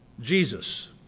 Jesus